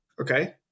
Okay